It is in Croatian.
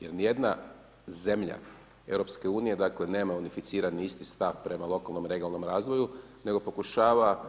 Jer ni jedna zemlja EU dakle nema unificirani isti stav prema lokalnom regionalnog razvoju, nego pokušava